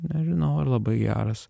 nežinau ar labai geras